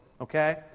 Okay